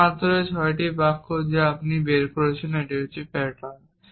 এই মাত্র ছয়টি বাক্য যা আপনি বের করে নিচ্ছেন এটি প্যাটার্ন